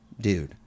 dude